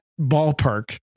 ballpark